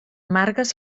margues